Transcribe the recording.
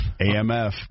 AMF